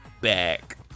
back